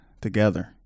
together